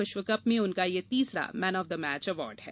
विश्वकप में उनका यह तीसरा man of the match award है